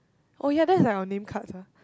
oh ya that's like our name cards ah